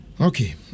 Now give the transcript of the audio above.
Okay